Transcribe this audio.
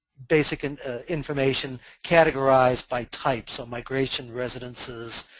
basic and information categorized by types of migration, residences,